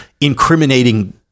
incriminating